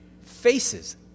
Faces